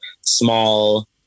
small